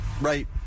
right